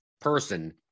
person